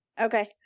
Okay